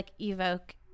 evoke